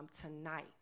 tonight